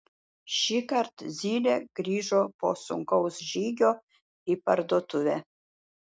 šįkart zylė grįžo po sunkaus žygio į parduotuvę